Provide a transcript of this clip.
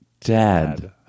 dad